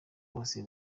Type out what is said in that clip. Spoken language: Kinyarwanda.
bose